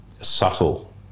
subtle